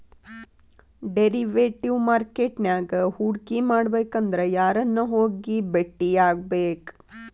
Derivative market ನ್ಯಾಗ್ ಹೂಡ್ಕಿಮಾಡ್ಬೆಕಂದ್ರ ಯಾರನ್ನ ಹೊಗಿ ಬೆಟ್ಟಿಯಾಗ್ಬೇಕ್?